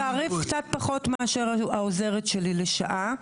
בתעריף קצת פחות מהעוזרת שלי לשעה,